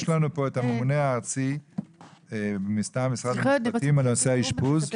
יש לנו פה את הממונה הארצי מטעם משרד המשפטים על נושא האשפוז,